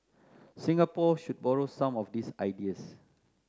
Singapore should borrow some of these ideas